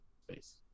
Space